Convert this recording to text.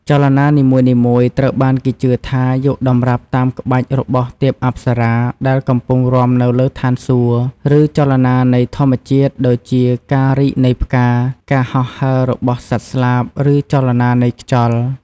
ចលនានីមួយៗត្រូវបានគេជឿថា យកតម្រាប់តាមក្បាច់របស់ទេពអប្សរាដែលកំពុងរាំនៅលើឋានសួគ៌ ឬចលនានៃធម្មជាតិ ដូចជាការរីកនៃផ្កា ការហោះហើររបស់សត្វស្លាប ឬចលនានៃខ្យល់។